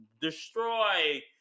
destroy